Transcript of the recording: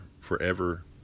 forever